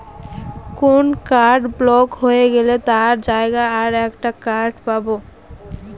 কোন card block হয়ে গেলে তার জায়গায় আর একটা কার্ড পাবো